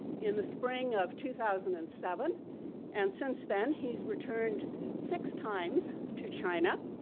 in the spring of two thousand and seven and since then, he's returned six times to china.